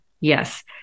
Yes